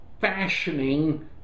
fashioning